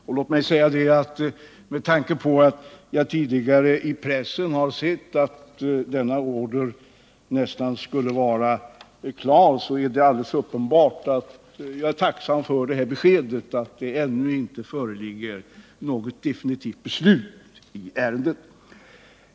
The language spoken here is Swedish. Eftersom jag sett i pressen att den nu aktuella ordern skulle vara klar att läggas ut till en annan fabrik, är jag tacksam för beskedet att det ännu inte föreligger något definitivt beslut i ärendet.